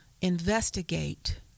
investigate